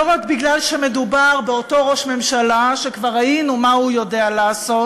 לא רק מפני שמדובר באותו ראש ממשלה שכבר ראינו מה הוא יודע לעשות,